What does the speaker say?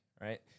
right